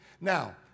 Now